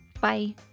Bye